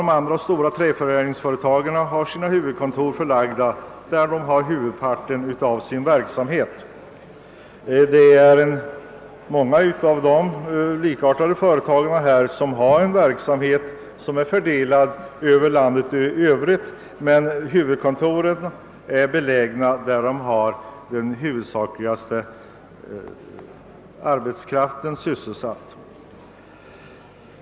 Alla andra stora träförädlingsföretag har sina huvudkontor förlagda till de orter där företagen har huvuddelen av sin verksamhet och där den största delen av arbetsstyrkan är sysselsatt.